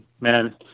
man